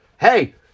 hey